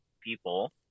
people